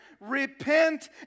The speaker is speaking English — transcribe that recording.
Repent